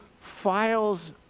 files